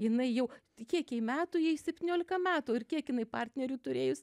jinai jau tai kiek jai metų jai septyniolika metų ir kiek jinai partnerių turėjus